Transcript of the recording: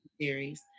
series